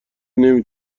نمی